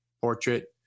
portrait